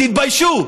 תתבייש.